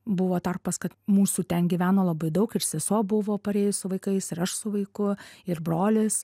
buvo tarpas kad mūsų ten gyveno labai daug ir sesuo buvo parėjus su vaikais ir aš su vaiku ir brolis